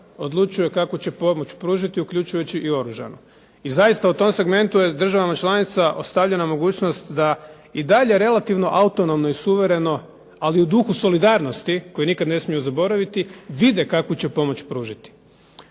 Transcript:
odlučuje kakvu će pomoć pružiti uključujući i oružanu. I zaista u tom segmentu je državama članica ostavljena mogućnost da i dalje relativno autonomno i suvereno, ali u duhu solidarnosti koji nikad ne smiju zaboraviti vide kakvu će pomoć pružiti.